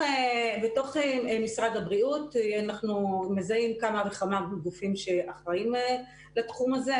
בתוך משרד הבריאות אנחנו מזהים כמה וכמה גופים שאחראים לתחום הזה,